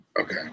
Okay